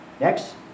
Next